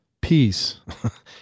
peace